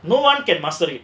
no one can master it